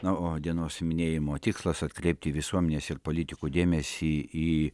na o dienos minėjimo tikslas atkreipti visuomenės ir politikų dėmesį į